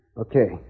Okay